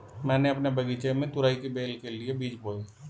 मैंने अपने बगीचे में तुरई की बेल के लिए बीज बोए